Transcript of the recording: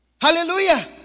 Hallelujah